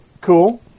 Cool